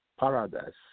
paradise